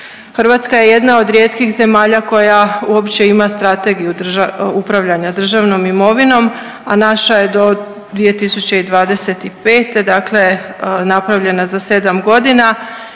Hrvatska je jedna od rijetkih zemalja koja uopće ima Strategiju upravljanja državom imovinom, a naša je do 2025., dakle napravljena za 7.g., sa